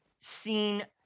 seen